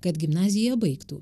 kad gimnaziją baigtų